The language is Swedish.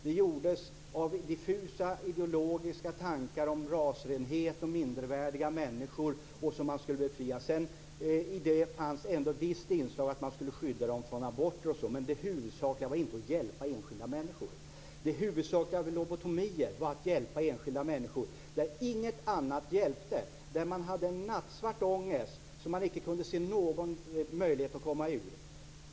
De gjordes på grund av diffusa ideologiska tankar om rasrenhet och om mindervärdiga människor som man skulle befria. Det fanns ändå också ett visst inslag av att man skulle skydda från aborter osv. Men det huvudsakliga var inte att hjälpa enskilda människor. Det huvudsakliga vid lobotomier var att hjälpa enskilda människor där inget annat hjälpte, där man hade en nattsvart ångest som man inte kunde se någon möjlighet att komma ur.